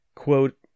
quote